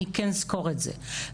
אני כן אזכור את זה ולכן,